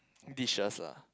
dishes lah